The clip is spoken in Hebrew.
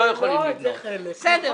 לא יכולים לבנות.